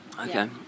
Okay